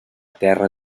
terra